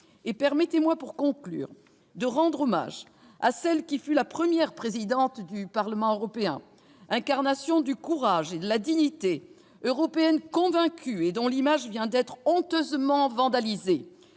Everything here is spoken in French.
Permettez-moi, pour conclure, de rendre hommage à celle qui fut la première présidente du Parlement européen, incarnation du courage et de la dignité, Européenne convaincue et dont l'image vient d'être honteusement vandalisée